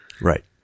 Right